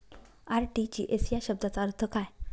RTGS या शब्दाचा अर्थ काय?